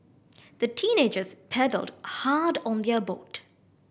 the teenagers paddled hard on their boat